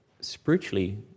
Spiritually